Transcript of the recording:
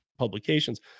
Publications